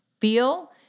feel